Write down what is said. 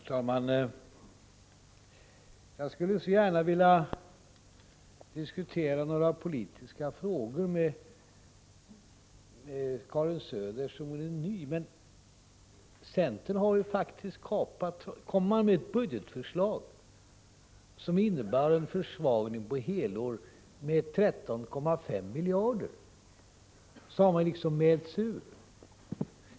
Herr talman! Jag skulle så gärna vilja diskutera några politiska frågor med Karin Söder, eftersom hon är ny i sin roll. Men eftersom centern ju faktiskt har kommit med ett budgetförslag som innebär en försvagning på 13,5 miljarder räknat på helår, har hon mält sig ur debatten.